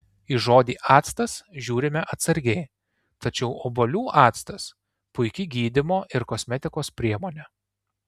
į žodį actas žiūrime atsargiai tačiau obuolių actas puiki gydymo ir kosmetikos priemonė